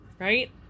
right